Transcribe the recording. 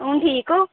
हून ठीक ओ